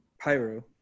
Pyro